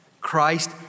Christ